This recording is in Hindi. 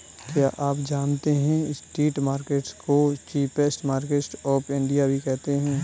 क्या आप जानते है स्ट्रीट मार्केट्स को चीपेस्ट मार्केट्स ऑफ इंडिया भी कहते है?